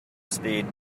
speed